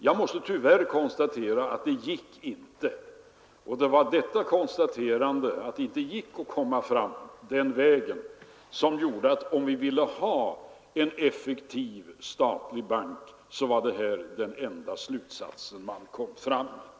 Jag måste tyvärr konstatera att det gick inte, och det var detta konstaterande som ledde fram till slutsatsen att om vi vill ha en effektiv statlig bank måste det bli ett samgående.